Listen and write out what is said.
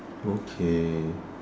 okay